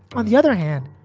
on the other hand,